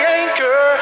anchor